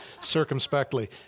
circumspectly